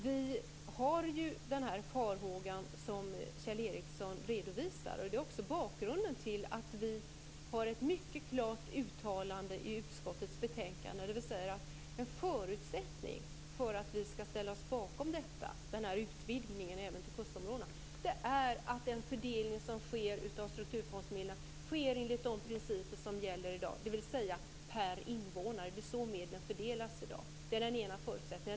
Vi har den farhåga som Kjell Ericsson redovisar, och det är också därför vi har ett mycket klart uttalande i utskottets betänkande där vi säger att en förutsättning för att vi skall ställa oss bakom denna utvidgning till kustområdena är att fördelningen av strukturfondsmedlen sker enligt de principer som gäller i dag, dvs. per invånare. Det är så medlen fördelas i dag. Det är den ena förutsättningen.